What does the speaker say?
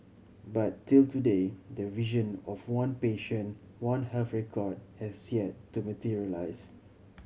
but till today the vision of one patient One Health record has yet to materialise